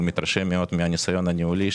מתרשם מאוד מהניסיון הניהולי.